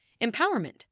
Empowerment